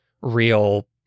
real